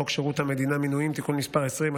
שירות המדינה (מינויים) (תיקון מס' 20),